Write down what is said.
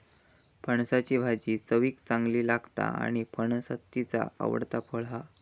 फणसाची भाजी चवीक चांगली लागता आणि फणस हत्तीचा आवडता फळ हा